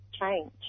change